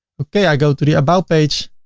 okay i go to the about page